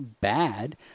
bad